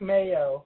Mayo